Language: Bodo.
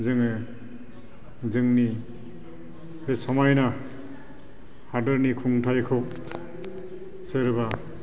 जोङो जोंनि बे समायना हादोरनि खुंथाइखौ सोरबा